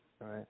Right